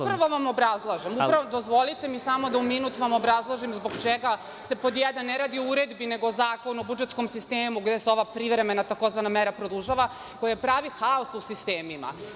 Upravo vam obrazlažem, dozvolite mi samo da vam u minut obrazložim zbog čega se, pod jedan, ne radi o uredbi, nego o Zakonu o budžetskom sistemu gde se ova privremena mera produžava, koja pravi haos u sistemima.